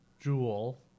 Jewel